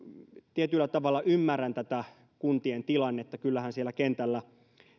tietyllä tavalla ymmärrän tätä kuntien tilannetta kyllähän siellä kentällä